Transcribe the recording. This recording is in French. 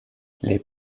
les